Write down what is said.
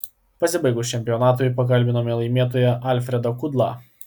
pasibaigus čempionatui pakalbinome laimėtoją alfredą kudlą